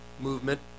movement